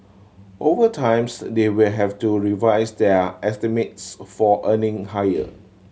over times they will have to revise their estimates for earning higher